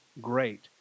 great